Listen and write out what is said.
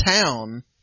town